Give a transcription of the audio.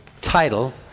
title